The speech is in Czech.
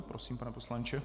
Prosím, pane poslanče.